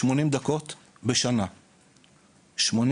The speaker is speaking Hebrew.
אגב,